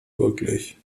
wirklich